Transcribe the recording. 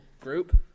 group